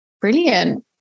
Brilliant